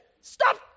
Stop